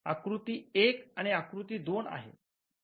आकृती 1 आणि आकृती 2 आहे